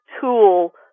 tool